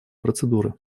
процедуры